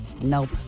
Nope